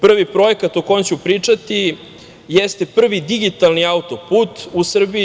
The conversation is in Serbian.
Prvi projekat o kojem ću pričati jeste prvi digitalni auto-put u Srbiji.